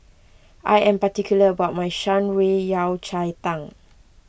I am particular about my Shan Rui Yao Cai Tang